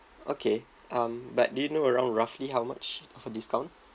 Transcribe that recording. okay um but do you know around roughly how much of a discount